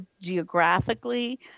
geographically